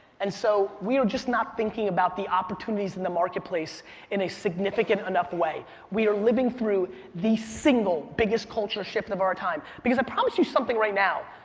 and so, we are just not thinking about the opportunities in the market place in a significant enough way. we are living through the single biggest culture shift of our time. because i promise you something right now,